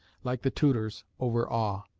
like the tudors, overawe.